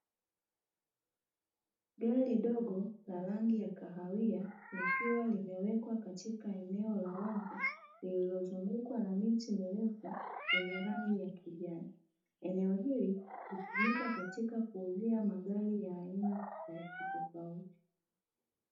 Gari dogo la rangi ya kahawia likiwa limewekwa katika eneo la wazi lililozungukwa na miti mirefu yenye rangi ya kijani. Eneo hili hutumika katika kuuzia magari ya aina tofauti tofauti.